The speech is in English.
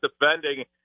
defending